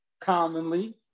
commonly